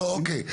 לא, אוקיי.